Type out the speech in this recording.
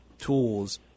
tools